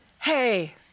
Hey